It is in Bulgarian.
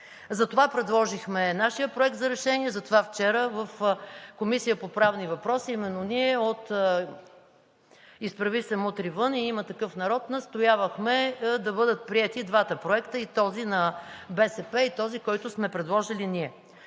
Затова предложихме нашия Проект за решение, затова вчера в Комисията по правни въпроси именно ние от „Изправи се! Мутри вън!“ и „Има такъв народ“ настоявахме да бъдат приети двата проекта – и този на БСП, и този, който сме предложили ние.